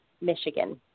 Michigan